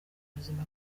ubuzima